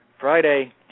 Friday